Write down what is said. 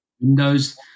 windows